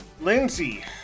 Lindsay